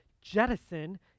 jettison